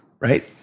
Right